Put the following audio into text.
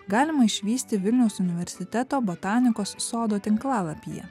galima išvysti vilniaus universiteto botanikos sodo tinklalapyje